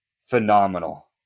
phenomenal